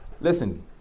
listen